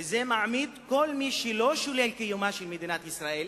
וזה מעמיד את כל מי שלא שולל קיומה של מדינת ישראל,